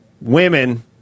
Women